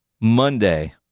Monday